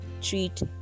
treat